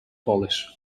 polish